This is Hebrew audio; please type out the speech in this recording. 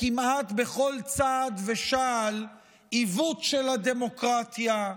כמעט בכל צעד ושעל עיוות של הדמוקרטיה,